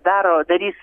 daro darys